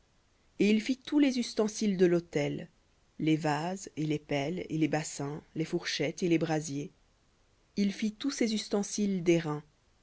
et il fit tous les ustensiles de l'autel les vases et les pelles et les bassins les fourchettes et les brasiers il fit tous ses ustensiles